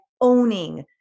owning